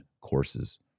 courses